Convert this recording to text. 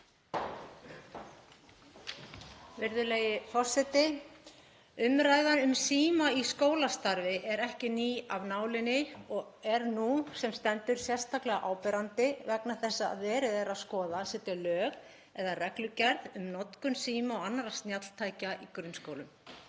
Forseti. Umræða um síma í skólastarfi er ekki ný af nálinni og er nú sem stendur sérstaklega áberandi vegna þess að verið er að skoða að setja lög eða reglugerð um notkun síma og annarra snjalltækja í grunnskólum.